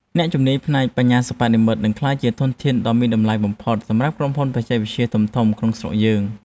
អ្នកជំនាញផ្នែកបញ្ញាសិប្បនិម្មិតនឹងក្លាយជាធនធានដ៏មានតម្លៃបំផុតសម្រាប់ក្រុមហ៊ុនបច្ចេកវិទ្យាធំៗក្នុងស្រុកយើង។